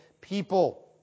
people